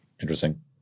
Interesting